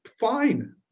Fine